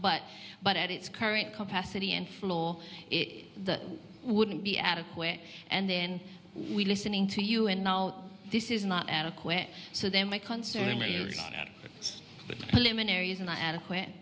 but but at its current capacity in full the wouldn't be adequate and then we listening to you and now this is not adequate so then my concern me luminaries not adequate